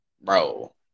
Bro